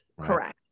correct